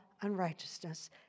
unrighteousness